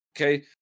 Okay